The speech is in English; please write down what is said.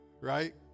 Right